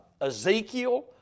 Ezekiel